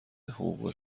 حقوق